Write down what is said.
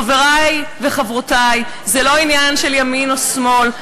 חברי וחברותי, זה לא עניין של ימין או שמאל.